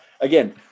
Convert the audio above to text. again